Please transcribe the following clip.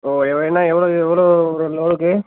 ஓ எ என்ன எவ்வளோ எவ்வளோ ஒரு லோடுக்கு